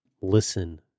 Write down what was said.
listen